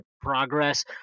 progress